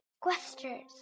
questions